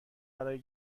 برای